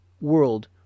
world